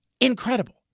Incredible